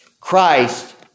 Christ